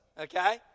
okay